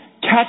Catch